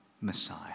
Messiah